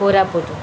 Koraput